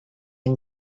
and